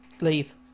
leave